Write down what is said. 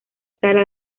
sala